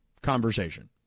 conversation